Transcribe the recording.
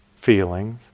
feelings